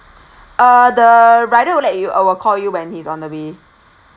uh the rider will let you uh will call you when he's on the way